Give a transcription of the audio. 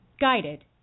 guided